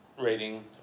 rating